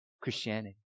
Christianity